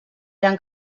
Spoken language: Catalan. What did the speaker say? eren